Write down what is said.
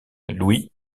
louis